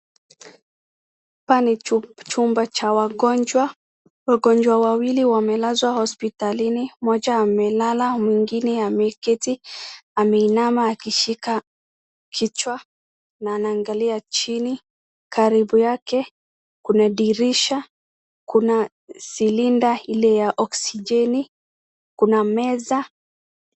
Pale chumba cha wagonjwa. Wagonjwa wawili wamelazwa hospitalini, mmoja amelala, mwingine ameketi ameinama akishika kichwa na anaangalia chini. Karibu yake kuna dirisha, kuna cylinder ile ya oxygeni kuna meza.